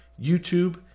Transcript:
YouTube